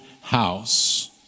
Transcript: house